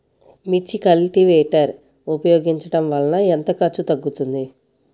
మిర్చి కల్టీవేటర్ ఉపయోగించటం వలన ఎంత ఖర్చు తగ్గుతుంది?